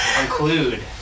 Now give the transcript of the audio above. include